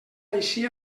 així